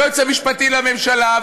היועץ המשפטי לממשלה,